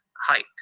height